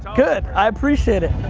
good, i appreciate it.